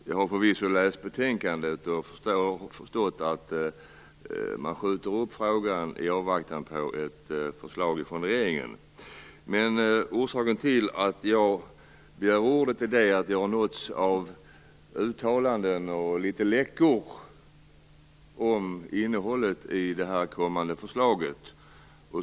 Jag har förvisso läst betänkandet och förstått att man skjuter upp frågan i avvaktan på ett förslag från regeringen, men orsaken till att jag begär ordet är den att jag har nåtts av uttalanden och läckor om innehållet i det kommande förslaget.